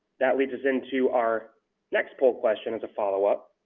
that leads us into our next poll question as a follow up,